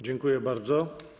Dziękuję bardzo.